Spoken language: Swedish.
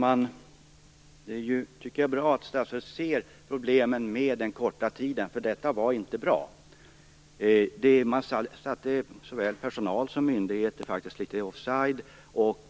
Herr talman! Det är bra att statsrådet ser problemen med den korta tiden, för den var inte bra. Man satte faktiskt såväl personal som myndigheter litet offside.